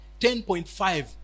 10.5